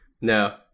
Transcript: No